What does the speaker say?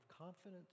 confidence